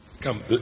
Come